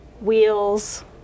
wheels